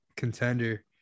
contender